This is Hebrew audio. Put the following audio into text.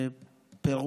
בפירוט.